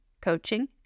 coaching